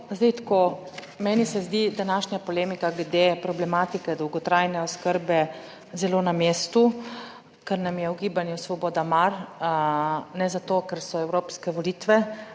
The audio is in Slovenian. Zdaj tako, meni se zdi današnja polemika glede problematike dolgotrajne oskrbe zelo na mestu, ker nam je v Gibanju Svoboda mar, ne zato, ker so Evropske volitve,